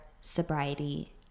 sobriety